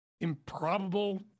improbable